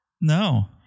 No